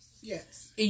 Yes